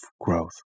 growth